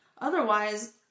Otherwise